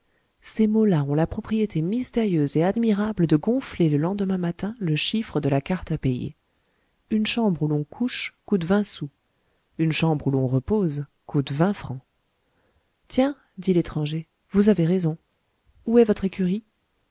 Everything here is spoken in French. ces mots-là ont la propriété mystérieuse et admirable de gonfler le lendemain matin le chiffre de la carte à payer une chambre où l'on couche coûte vingt sous une chambre où l'on repose coûte vingt francs tiens dit l'étranger vous avez raison où est votre écurie